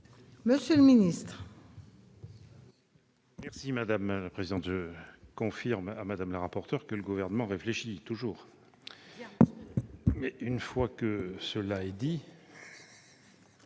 Monsieur le ministre,